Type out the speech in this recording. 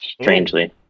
Strangely